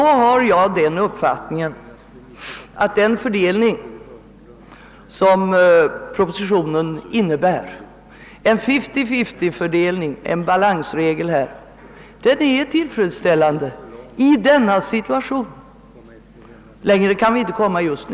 Därför har jag den uppfattningen, att den fördelning enligt en fifty-fiftyeller balansregel, som propositionen innebär är tillfredsställande i dagens situation. Längre kan vi inte komma just nu.